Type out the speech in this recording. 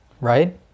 right